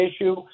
issue